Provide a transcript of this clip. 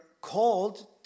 called